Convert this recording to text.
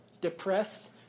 depressed